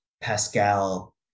Pascal